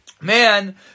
man